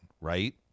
right